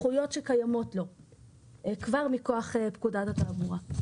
הסמכויות שקיימות לו כבר מכוח פקודת התעבורה.